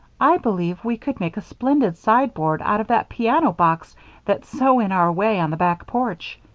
i believe we could make a splendid sideboard out of that piano box that's so in our way on the back porch.